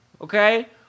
Okay